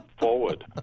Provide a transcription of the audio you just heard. forward